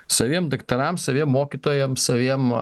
saviem daktaram save mokytojam saviem